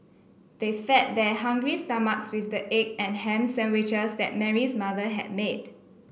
they fed their hungry stomachs with the egg and ham sandwiches that Mary's mother had made